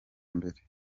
mbere